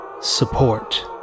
support